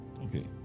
Okay